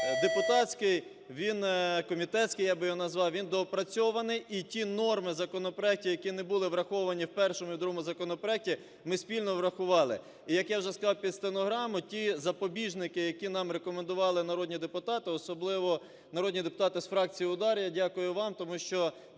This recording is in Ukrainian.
депутатський, він комітетський, я би його назвав, він доопрацьований, і ті норми законопроектів, які не були враховані в першому і другому законопроектах ми спільно врахували. Як я вже сказав під стенограму, ті запобіжники, які нам рекомендували народні депутати, особливо народні депутати з фракції "УДАР", я дякую вам, тому що,